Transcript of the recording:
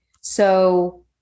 So-